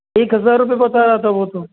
एक हजार रूपए बता रहा था वो तो